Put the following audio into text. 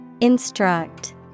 Instruct